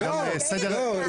לא,